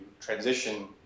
transition